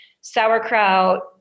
sauerkraut